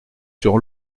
sur